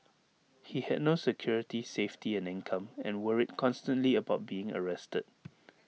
he had no security safety and income and worried constantly about being arrested